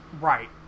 right